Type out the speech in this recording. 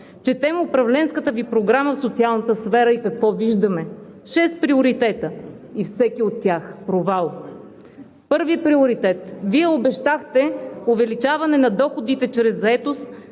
Четем управленската Ви програма в социалната сфера. Какво виждаме? Шест приоритета и всеки от тях – провал. Първи приоритет – обещахте увеличаване на доходите чрез заетост